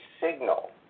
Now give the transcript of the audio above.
signal